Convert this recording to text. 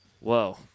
Whoa